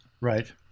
Right